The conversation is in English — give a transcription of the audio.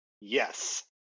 Yes